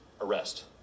arrest